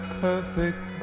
perfect